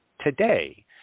today